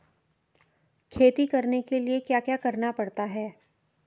खेती करने के लिए क्या क्या करना पड़ता है?